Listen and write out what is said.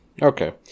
Okay